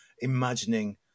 imagining